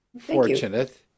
fortunate